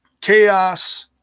chaos